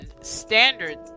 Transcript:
Standard